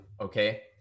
okay